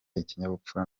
ikinyabupfura